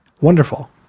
wonderful